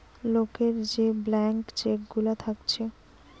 লোকের যে blank cheque গুলা থাকছে